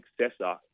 successor